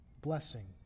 blessing